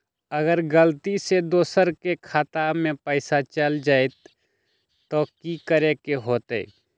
अगर गलती से दोसर के खाता में पैसा चल जताय त की करे के होतय?